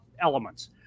elements